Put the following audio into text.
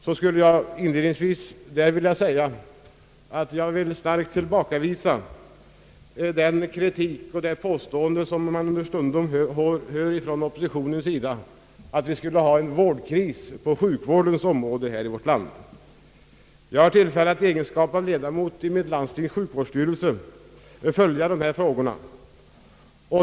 Jag vill inledningsvis starkt tillbakavisa den kritik och det påstående som man understundom hör från oppositionens sida, att vi skulle ha en vårdkris på sjukvårdens område. Jag har tillfälle, i egenskap av ledamot av mitt landstings sjukvårdsstyrelse, att följa dessa frågor.